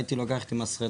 אז הייתי לוקח איתי מסרטה,